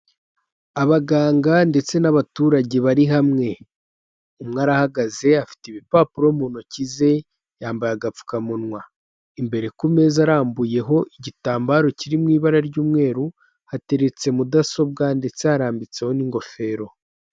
Abaganga ndetse n'abaturage bari hamwe, umwe arahagaze afite ibipapuro mu ntoki ze yambaye agapfukamunwa, imbere ku meza arambuyeho igitambaro kiri mu ibara ry'umweru hateretse mudasobwa ndetse harambitseho n'ingofero.